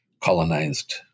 colonized